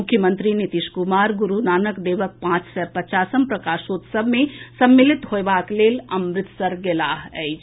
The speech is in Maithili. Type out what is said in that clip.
मुख्यमंत्री नीतीश कुमार गुरूनानक देवक पांच सय पचासम प्रकाशोत्सव मे सम्मलित होयबाक लेल अमृतसर गेलाह अछि